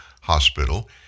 hospital